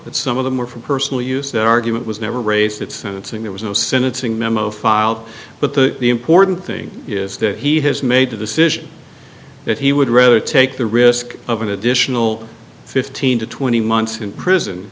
some of them were for personal use their argument was never raised at sentencing there was no sentencing memo filed but the important thing is that he has made a decision that he would rather take the risk of an additional fifteen to twenty months in prison